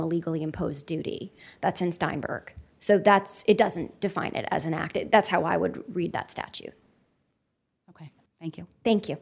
a legally imposed duty that's in steinberg so that's it doesn't define it as an act and that's how i would read that statute ok thank you thank you